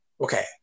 okay